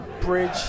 bridge